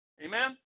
Amen